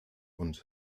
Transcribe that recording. und